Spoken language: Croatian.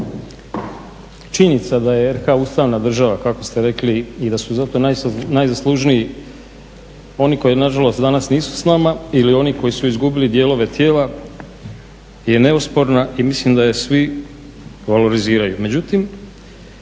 činjenica da je RH ustavna država kako ste rekli i da su zato najzaslužniji oni koji nažalost danas nisu s nama ili oni koji su izgubili dijelove tijela je neosporna i mislim da je svi valoriziraju.